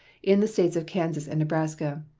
in the states of kansas and nebraska,